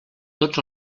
tots